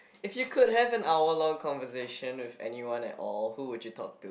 if you could have an hour long conversation with anyone at all who will you talk to